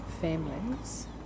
families